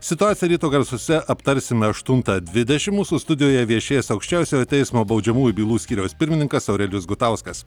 situaciją ryto garsuose aptarsime aštuntą dvidešim mūsų studijoje viešės aukščiausiojo teismo baudžiamųjų bylų skyriaus pirmininkas aurelijus gutauskas